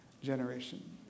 generation